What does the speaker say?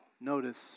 notice